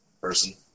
person